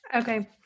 Okay